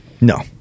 No